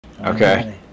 okay